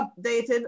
updated